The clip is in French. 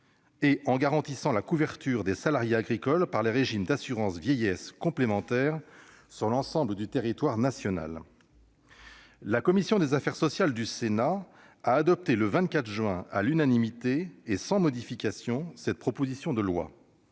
en garantissant la couverture des salariés agricoles par les régimes d'assurance vieillesse complémentaire sur l'ensemble du territoire national. La commission des affaires sociales du Sénat a adopté le 24 juin dernier, à l'unanimité et sans modification, cette proposition de loi